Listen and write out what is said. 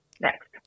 Next